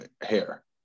hair